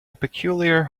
peculiar